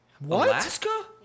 Alaska